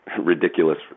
ridiculous